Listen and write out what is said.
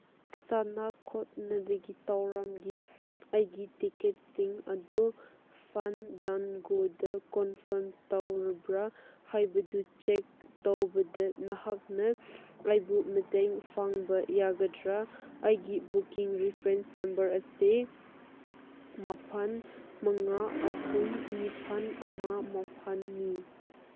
ꯁꯥꯟꯅ ꯈꯣꯠꯅꯕꯒꯤ ꯊꯧꯔꯝꯒꯤ ꯑꯩꯒꯤ ꯇꯤꯀꯦꯠꯁꯤꯡ ꯑꯗꯨ ꯐꯟꯗꯟꯒꯣꯗ ꯀꯣꯟꯐꯥꯝ ꯇꯧꯔꯕ꯭ꯔꯥ ꯍꯥꯏꯕꯗꯨ ꯆꯦꯛ ꯇꯧꯕꯗ ꯅꯍꯥꯛꯅ ꯑꯩꯕꯨ ꯃꯇꯦꯡ ꯄꯥꯡꯕ ꯌꯥꯒꯗ꯭ꯔꯥ ꯑꯩꯒꯤ ꯕꯨꯀꯤꯡ ꯔꯤꯐ꯭ꯔꯦꯟꯁ ꯅꯝꯕꯔ ꯑꯁꯤ ꯃꯥꯄꯟ ꯃꯉꯥ ꯑꯍꯨꯝ ꯅꯤꯄꯥꯟ ꯑꯃ ꯃꯥꯄꯟꯅꯤ